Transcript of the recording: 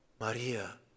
Maria